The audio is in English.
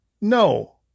no